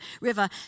River